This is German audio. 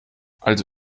also